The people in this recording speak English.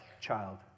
child